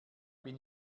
bin